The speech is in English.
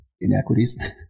inequities